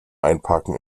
einparken